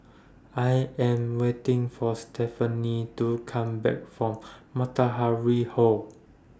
I Am waiting For Stephany to Come Back from Matahari Hall